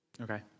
Okay